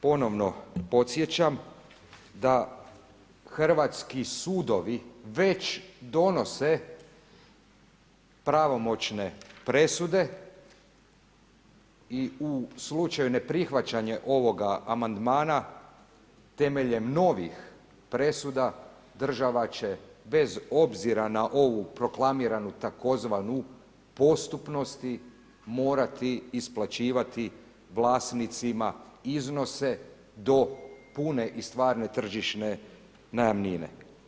ponovno podsjećam da hrvatski sudovi već donose pravomoćne presude i u slučaju neprihvaćanja ovoga amandmana, temeljem novih presuda država će bez obzira na ovu proklamiranu tzv. postupnosti morati isplaćivati vlasnicima iznose do pune i stvarne tržišne najamnine.